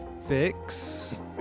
fix